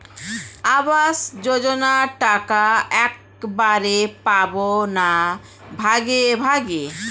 আবাস যোজনা টাকা একবারে পাব না ভাগে ভাগে?